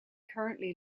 currently